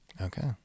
okay